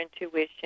intuition